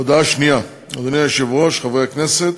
הודעה שנייה, אדוני היושב-ראש, חברי הכנסת,